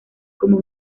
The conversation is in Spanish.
como